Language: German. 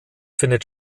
findet